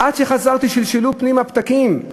עד שחזרתי שלשלו פנימה פתקים.